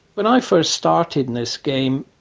when i first started in this game,